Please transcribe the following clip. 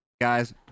Guys